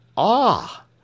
Ah